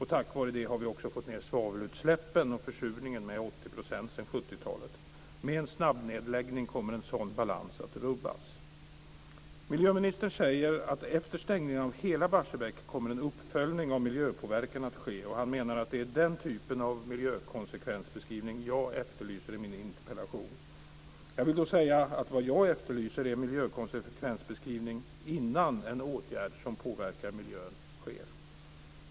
Tack vare det har vi också fått ned svavelutsläppen och försurningen med 80 % sedan 70-talet. Med en snabbnedläggning kommer en sådan balans att rubbas. Miljöministern säger att efter stängningen av hela Barsebäck kommer en uppföljning av miljöpåverkan att ske. Han menar att det är den typen av miljökonsekvensbeskrivning jag efterlyser i min interpellation. Jag vill då säga att vad jag efterlyser är en miljökonsekvensbeskrivning innan en åtgärd som påverkar miljön vidtas.